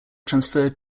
transferred